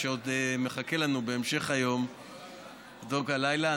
שעוד מחכה לנו בהמשך היום והלילה.